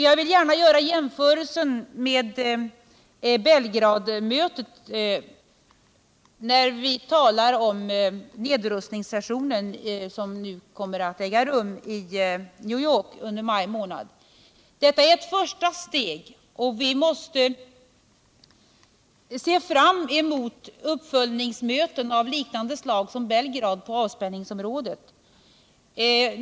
Jag vill gärna göra en jämförelse med Belgradmötet, när vi talar om den nedrustningssession som kommer att äga rum i New York med början i maj månad. Detta är ett första steg på nedrustningens väg, och vi måste se fram mot uppföljningsmöten av liknande slag som i Belgrad på avspänningsområdet.